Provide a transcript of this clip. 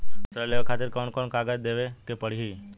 ऋण लेवे के खातिर कौन कोन कागज देवे के पढ़ही?